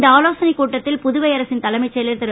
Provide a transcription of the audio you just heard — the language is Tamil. இந்த ஆலோசனை கூட்டத்தில் புதுவை அரசின் தலைமைச் செயலர் திரு